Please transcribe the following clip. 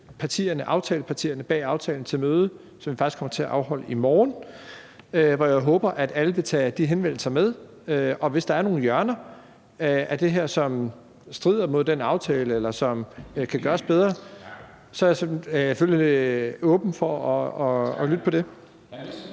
inviteret alle partierne bag aftalen til et møde, som vi faktisk kommer til at afholde i morgen, hvor jeg håber at alle vil tage de henvendelser med. Og hvis der er nogle hjørner af det her, som strider mod den aftale, eller som kan gøres bedre, er jeg selvfølgelig åben over for at lytte til det.